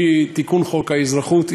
מתיקון חוק האזרחות,